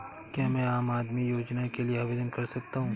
क्या मैं आम आदमी योजना के लिए आवेदन कर सकता हूँ?